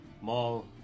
mall